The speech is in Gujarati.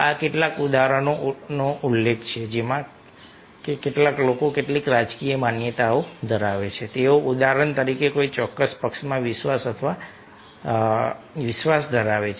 આ કેટલાક ઉદાહરણોનો ઉલ્લેખ છે જેમ કે કેટલાક લોકો કેટલીક રાજકીય માન્યતાઓ ધરાવે છે તેઓ ઉદાહરણ તરીકે કોઈ ચોક્કસ પક્ષમાં વિશ્વાસ અથવા વિશ્વાસ ધરાવે છે